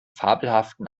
fabelhaften